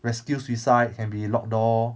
rescue suicide can be locked door